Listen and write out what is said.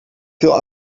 veel